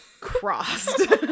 crossed